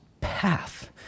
path